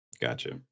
Gotcha